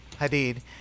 Hadid